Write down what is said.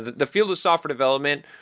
the field with software development,